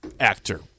actor